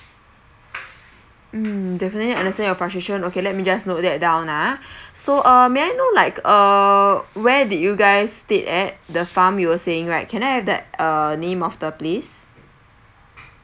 mm definitely understand your frustration okay let me just note that down ah so uh may I know like uh where did you guys stayed at the farm you were saying right can I have that uh name of the place